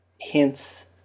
hints